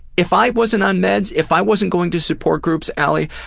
if i wasn't on meds, if i wasn't going to support groups, ali,